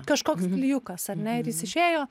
kažkoks klijukas ar ne ir jis išėjo